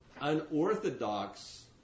unorthodox